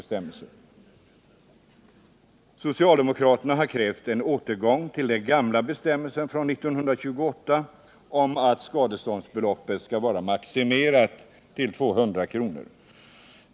Socialdemokraterna har krävt en återgång till de gamla bestämmelserna från 1928 om att skadeståndsbeloppet skall vara maximerat till 200 kr.